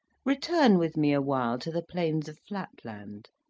return with me a while to the plains of flat land,